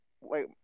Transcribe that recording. Wait